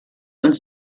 uns